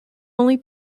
only